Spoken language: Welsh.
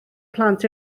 plant